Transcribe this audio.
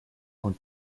und